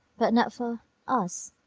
but not for us.